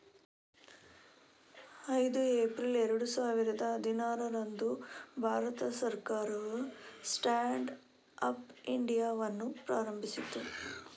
ಐದು ಏಪ್ರಿಲ್ ಎರಡು ಸಾವಿರದ ಹದಿನಾರರಂದು ಭಾರತ ಸರ್ಕಾರವು ಸ್ಟ್ಯಾಂಡ್ ಅಪ್ ಇಂಡಿಯಾವನ್ನು ಪ್ರಾರಂಭಿಸಿತು